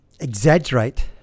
Exaggerate